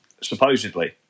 supposedly